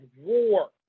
war